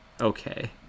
okay